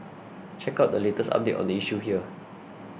check out the latest update on the issue here